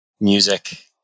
music